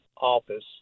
office